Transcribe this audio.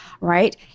right